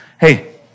hey